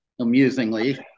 amusingly